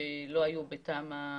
שלא היו בתמ"א המקורית,